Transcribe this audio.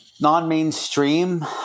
Non-mainstream